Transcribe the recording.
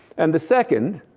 and the second